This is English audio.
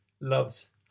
loves